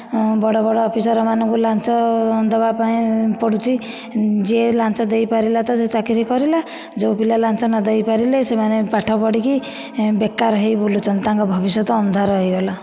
ବଡ଼ ବଡ଼ ଅଫିସରମାନଙ୍କୁ ଲାଞ୍ଚ ଦେବାପାଇଁ ପଡ଼ୁଛି ଯିଏ ଲାଞ୍ଚ ଦେଇପାରିଲା ତ ସିଏ ଚାକିରି କରିଲା ଯେଉଁ ପିଲା ଲାଞ୍ଚ ନ ଦେଇପାରିଲେ ସେମାନେ ପାଠ ପଢ଼ିକି ବେକାର ହୋଇ ବୁଲୁଛନ୍ତି ତାଙ୍କ ଭବିଷ୍ୟତ ଅନ୍ଧାର ହୋଇଗଲା